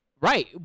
Right